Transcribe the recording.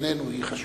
בינינו היא החשובה.